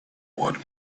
what